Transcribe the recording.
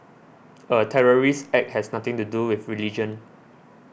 a terrorist act has nothing to do with religion